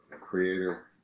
Creator